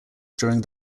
during